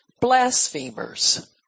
blasphemers